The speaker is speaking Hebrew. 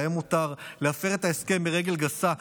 להם מותר להפר את ההסכם ברגל גסה,